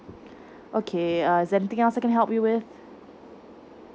okay uh is there anything else I can help you with